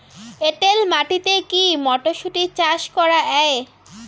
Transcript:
এটেল মাটিতে কী মটরশুটি চাষ করা য়ায়?